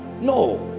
No